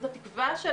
וזאת התקווה שלנו,